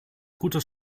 gutes